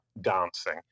dancing